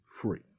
free